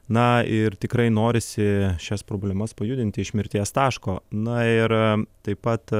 na ir tikrai norisi šias problemas pajudinti iš mirties taško na ir taip pat